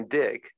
dig